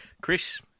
Chris